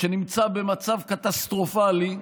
נמצא במצב קטסטרופלי,